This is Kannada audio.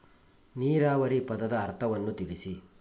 ನೀರಾವರಿ ಪದದ ಅರ್ಥವನ್ನು ತಿಳಿಸಿ?